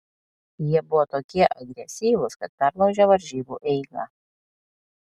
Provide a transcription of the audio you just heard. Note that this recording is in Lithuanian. jie buvo tokie agresyvūs kad perlaužė varžybų eigą